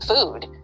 food